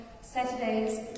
Saturdays